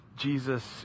Jesus